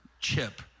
chip